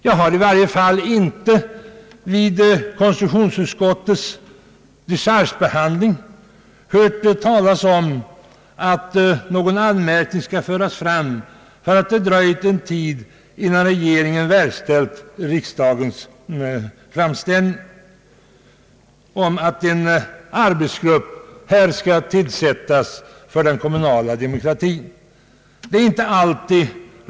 Jag har i varje fall inte vid konstitutionsutskottets dechargebehandling hört talas om att någon anmärkning skall föras fram därför att det dröjt en tid innan regeringen verkställt riksdagens framställning om att en arbetsgrupp vad gäller den kommunala demokratin skall tillsättas.